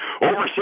Overseas